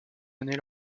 années